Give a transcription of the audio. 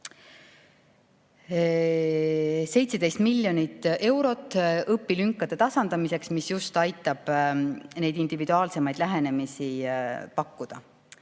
17 miljonit eurot õpilünkade tasandamiseks, mis aitab neid individuaalsemat lähenemist pakkuda.